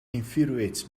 infuriates